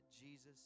Jesus